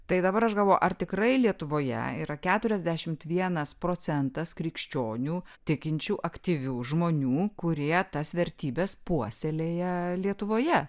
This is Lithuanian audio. tai dabar aš galvoju ar tikrai lietuvoje yra keturiasdešimt vienas procentas krikščionių tikinčių aktyvių žmonių kurie tas vertybes puoselėja lietuvoje